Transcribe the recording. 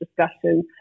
discussion